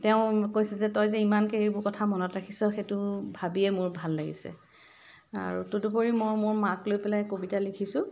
তেওঁ কৈছে যে তই যে ইমানকৈ এইবোৰ কথা মনত ৰাখিছ সেইটো ভাবিয়ে মোৰ ভাল লাগিছে আৰু তদুপৰি মই মোৰ মাক লৈ পেলাই কবিতা লিখিছোঁ